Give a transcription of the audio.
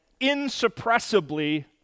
insuppressibly